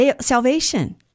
salvation